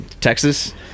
Texas